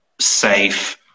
safe